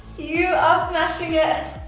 you are smashing yeah it!